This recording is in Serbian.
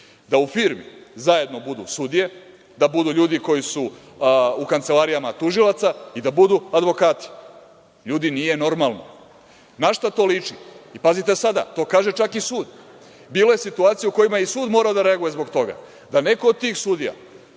da u firmi zajedno budu sudije, da budu ljudi koji su u kancelarijama tužilaca i da budu advokati. Ljudi, nije normalno, na šta to liči?I pazite sada, to kaže čak i sud. Bilo je situacija u kojima je i sud morao da reaguje zbog toga, da neko od tih sudija